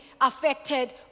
affected